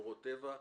שמורות טבע,